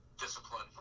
discipline